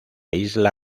isla